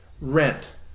rent